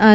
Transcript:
R